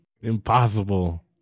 Impossible